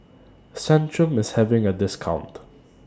Centrum IS having A discount